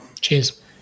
Cheers